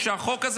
והחוק הזה,